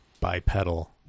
bipedal